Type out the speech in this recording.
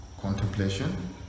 contemplation